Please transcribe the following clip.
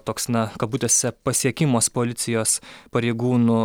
toks na kabutėse pasiekimas policijos pareigūnų